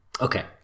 Okay